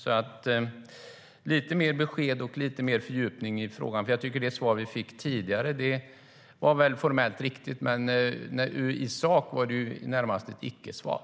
Jag önskar lite mer besked och lite mer fördjupning i frågan. Det svar som vi har fått var väl formellt riktigt. Men i sak var det närmast ett icke-svar.